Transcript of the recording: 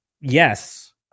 yes